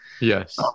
Yes